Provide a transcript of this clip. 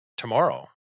Tomorrow